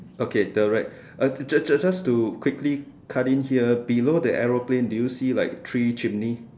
okay the rat(uh) just just just to quickly cut in here below the aeroplane do you see like three chimney